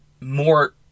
more